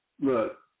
look